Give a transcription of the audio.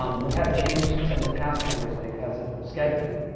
um we had to change some of the cast members because of scheduling,